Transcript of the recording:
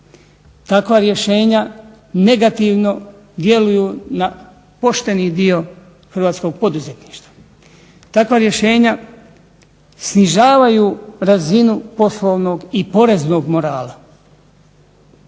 Takva rješenja negativno djeluju na pošteni dio hrvatskog poduzetništva, takva rješenja snižavaju razinu poslovnog i poreznog morala.